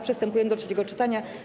Przystępujemy do trzeciego czytania.